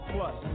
Plus